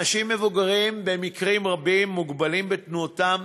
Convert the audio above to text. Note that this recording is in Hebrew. אנשים מבוגרים במקרים רבים מוגבלים בתנועתם